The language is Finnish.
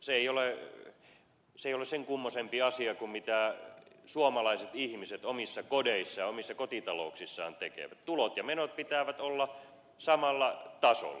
se ei ole sen kummoisempi asia kuin mitä suomalaiset ihmiset omissa kodeissaan ja omissa kotitalouksissaan tekevät tulojen ja menojen pitää olla samalla tasolla